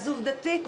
אז העובדה היא,